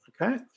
Okay